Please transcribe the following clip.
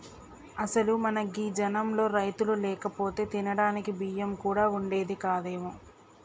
అసలు మన గీ జనంలో రైతులు లేకపోతే తినడానికి బియ్యం కూడా వుండేది కాదేమో